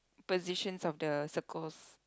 positions of the circles